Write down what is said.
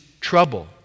trouble